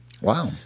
Wow